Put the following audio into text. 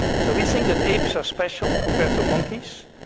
so we think that apes are special compared to monkeys.